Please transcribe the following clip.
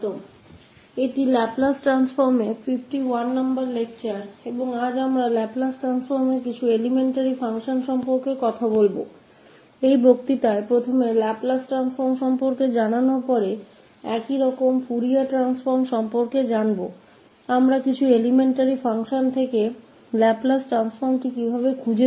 तो इस व्याख्यान में पहले लाप्लास ट्रांसफॉर्म को पेश करने के बाद जो कि फूरियर ट्रांसफॉर्म में हमने किया है उसके समान है हम बात करेंगे कि कुछ प्राथमिक कार्यों के लैपलेस ट्रांसफॉर्म को कैसे खोजें